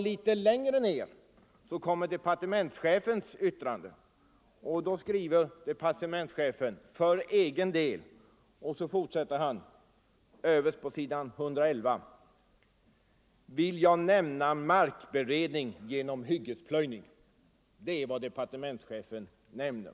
Litet längre fram i texten skriver departementschefen att han för egen del vill ”nämna markberedning genom hyggesplöjning”. Det är vad departementschefen nämner!